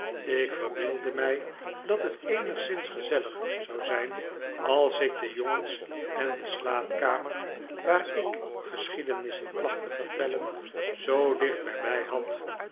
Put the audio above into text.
ik verbeeldde mij dat het eenigszins gezellig zou zijn als ik de jongens en de slaapkamer waar ik geschiedenissen placht te vertellen zoo dicht bij mij had